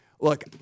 look